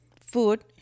food